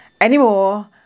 anymore